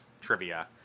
trivia